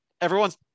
everyone's